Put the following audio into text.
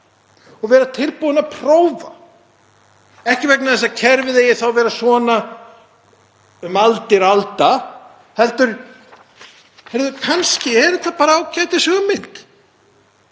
og vera tilbúin að prófa, ekki vegna þess að kerfið eigi þá að vera svona um aldir alda heldur: Heyrðu, kannski eru þetta bara ágætishugmynd